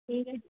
ठीक ऐ